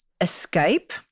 escape